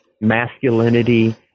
masculinity